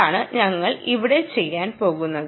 അതാണ് ഞങ്ങൾ ഇവിടെ ചെയ്യാൻ പോകുന്നത്